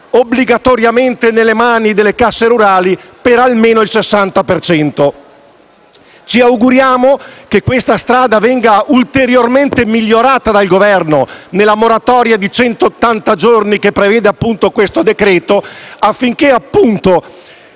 obbligatoriamente nelle mani delle casse rurali per almeno il 60 per cento. Ci auguriamo che questa strada venga ulteriormente migliorata dal Governo, nella moratoria di 180 giorni che prevede il decreto-legge, affinché si